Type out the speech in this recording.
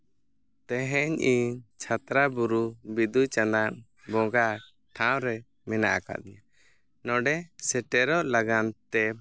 ᱛᱮᱦᱮᱧ ᱤᱧ ᱪᱷᱟᱛᱨᱟ ᱵᱩᱨᱩ ᱵᱤᱫᱩ ᱪᱟᱸᱫᱟᱱ ᱵᱚᱸᱜᱟ ᱴᱷᱟᱶ ᱨᱮ ᱢᱮᱱᱟᱜ ᱟᱠᱟᱫᱤᱧᱟᱹ ᱱᱚᱰᱮ ᱥᱮᱴᱮᱨᱚᱜ ᱞᱟᱹᱜᱤᱫ ᱛᱮ